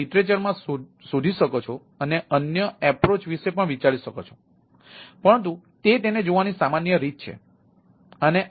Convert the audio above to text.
તમે સાહિત્ય વિશે પણ વિચારી શકો છો પરંતુ તે તેને જોવાની સામાન્ય રીત છે